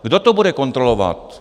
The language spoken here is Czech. Kdo to bude kontrolovat?